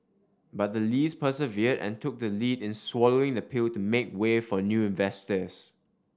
but the Lees persevered and took the lead in swallowing the pill to make way for new investors